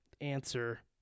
answer